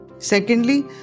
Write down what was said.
Secondly